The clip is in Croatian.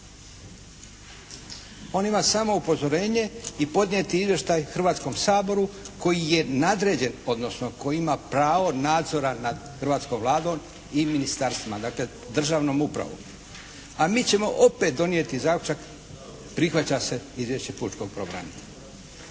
On ima samo upozorenje i podnijeti izvještaj Hrvatskom saboru koji je nadređen odnosno koji ima pravo nadzora nad hrvatskom Vladom i ministarstvima, dakle državnom upravom. A mi ćemo opet donijeti zaključak prihvaća se Izvješće pučkog